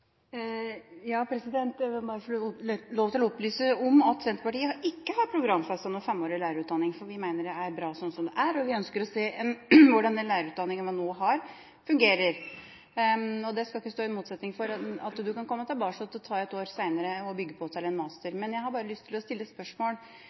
opplyse om at Senterpartiet ikke har programfestet femårig lærerutdanning, for vi mener at det er bra sånn som det er, og vi ønsker å se hvordan den lærerutdanninga vi nå har, fungerer. Det skal ikke stå i motsetning til at du kan komme tilbake og ta et år senere og bygge på til en master.